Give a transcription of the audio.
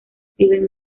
steven